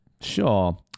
Sure